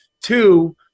Two